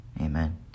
Amen